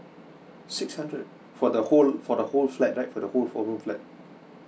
six hundred for the whole for the whole flat right for the whole four room flat